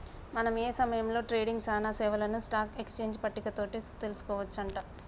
మనం ఏ సమయంలో ట్రేడింగ్ సానా సేవలను స్టాక్ ఎక్స్చేంజ్ పట్టిక తోటి తెలుసుకోవచ్చు అంట